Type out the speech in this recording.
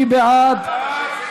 מי בעד?